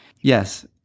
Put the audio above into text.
Yes